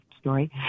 story